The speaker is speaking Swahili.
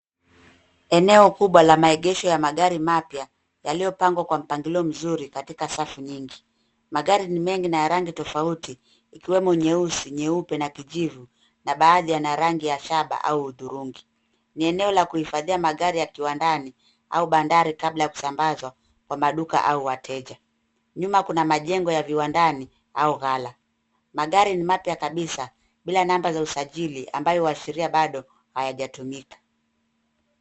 Eneo kubwa la maegesho ya magari mapya yaliyopangwa kwa mpangilio mzuri katika safu nyingi ,magari ni mengi na ya rangi tofauti ikiwemo nyeusi ,nyeupe na kijivu na baadhi ya na rangi ya shaba udhurungi, ni eneo la kuhifadhia magari ya kiwandani au bandari kabla ya kusambazwa kwa maduka au wateja, nyuma kuna majengo ya viwandani au ghala, magari ni mate ya kabisa bila namba za usajili ambaye wa sheria bado hayajatumika.